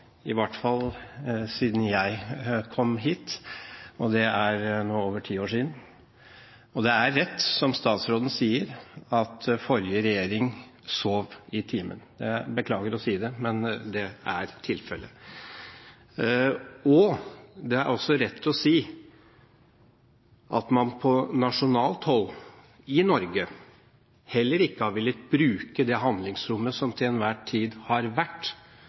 i hvert fall siden jeg kom hit, og det er nå over ti år siden. Det er rett, som statsråden sier, at forrige regjering sov i timen. Jeg beklager å si det, men det er tilfellet. Det er også rett å si at man på nasjonalt hold, i Norge, heller ikke har villet bruke det handlingsrommet som til enhver tid har vært